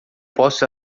posso